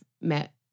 met